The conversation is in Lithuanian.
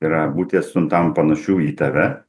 yra būti atstumtam panašių į tave